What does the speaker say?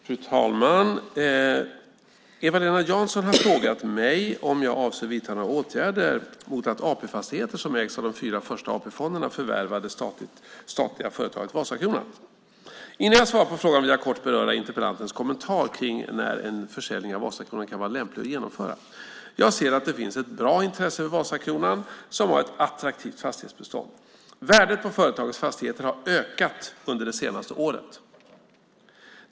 Fru talman! Eva-Lena Jansson har frågat mig om jag avser att vidta några åtgärder mot att AP Fastigheter, som ägs av de fyra första AP-fonderna, förvärvar det statliga företaget Vasakronan. Innan jag svarar på frågan vill jag kort beröra interpellantens kommentarer om när en försäljning av Vasakronan kan vara lämplig att genomföra. Jag ser att det finns ett bra intresse för Vasakronan som har ett attraktivt fastighetsbestånd. Värdet på företagets fastigheter har ökat under det senaste året.